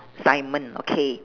simon okay